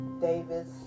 Davis